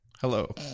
Hello